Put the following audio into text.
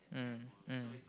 mm mm